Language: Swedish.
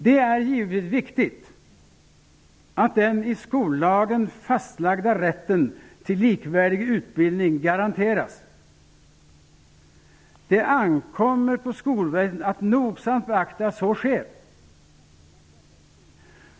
Det är givetvis viktigt att den i skollagen fastlagda rätten till likvärdig utbildning garanteras. Det ankommer på Skolverket att nogsamt beakta att så sker.